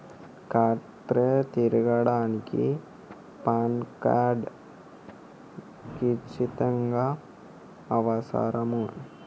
ఖాతా తీయడానికి PAN card ఖచ్చితంగా అవసరమా?